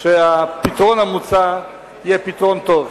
שהפתרון המוצע יהיה פתרון טוב.